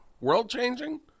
World-changing